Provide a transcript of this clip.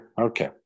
okay